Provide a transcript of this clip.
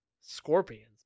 scorpions